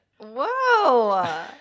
whoa